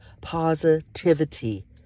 positivity